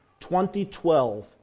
2012